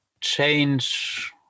change